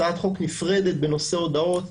הצעת חוק נפרדת לגבי הודאות